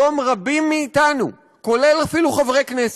היום רבים מאתנו, כולל אפילו חברי כנסת,